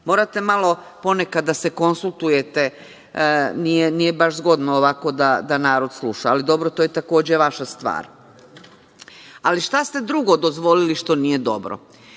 Morate malo ponekad da se konsultujete, nije baš zgodno ovako da narod sluša. Ali, dobro, to je takođe vaša stvar. Ali, šta ste drugo dozvolili što nije dobro?